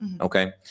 Okay